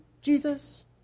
Jesus